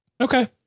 Okay